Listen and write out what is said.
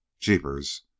Jeepers